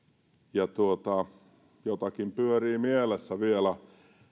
ja jotakin pyörii mielessä vielä